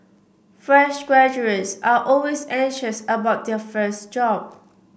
fresh graduates are always anxious about their first job